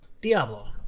diablo